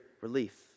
relief